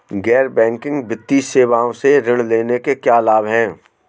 गैर बैंकिंग वित्तीय सेवाओं से ऋण लेने के क्या लाभ हैं?